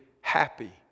happy